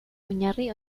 oinarri